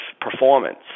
performance